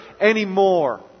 anymore